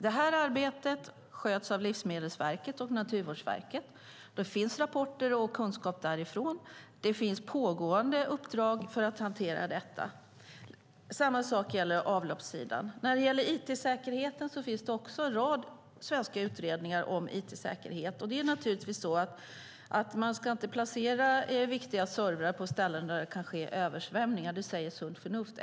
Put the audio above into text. Det här arbetet sköts av Livsmedelsverket och Naturvårdsverket. Det finns rapporter och kunskap därifrån. Det finns pågående uppdrag för att hantera detta. Samma sak gäller avloppssidan. Det finns också en rad svenska utredningar om it-säkerheten. Man ska naturligtvis inte placera viktiga servrar på ställen där det kan ske översvämningar. Det säger sunt förnuft.